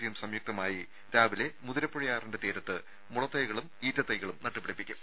സിയും സംയുക്തമായി രാവിലെ മുതിരപ്പുഴയാറിന്റെ തീരത്ത് മുളത്തൈകളും ഈറ്റത്തൈകളും നട്ട് പിടിപ്പിക്കും